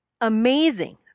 amazing